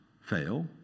fail